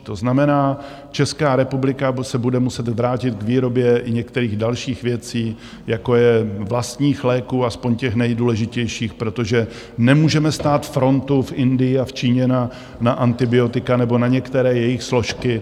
To znamená, Česká republika se bude muset vrátit k výrobě některých dalších věcí, jako je vlastních léků, aspoň těch nejdůležitějších, protože nemůžeme stát frontu v Indii a v Číně na antibiotika nebo na některé jejich složky.